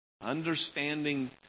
understanding